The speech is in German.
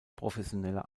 professioneller